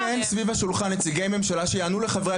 אם אין סביב השולחן נציגי ממשלה שיענו לחברי